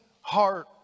heart